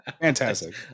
Fantastic